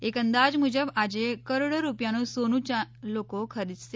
એક અંદાજ મુજબ આજે કરોડો રૂપિયાનું સોનું લોકો ખરીદશે